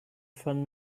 phone